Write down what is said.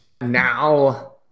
Now